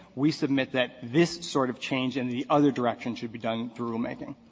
we submit that this sort of change in the other direction should be done through rulemaking.